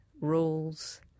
rules